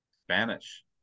Spanish